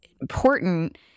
important